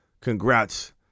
Congrats